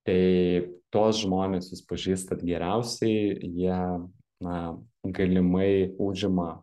tai tuos žmones jūs pažįstat geriausiai jie na galimai užima